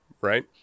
right